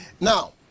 Now